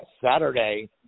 Saturday